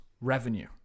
revenue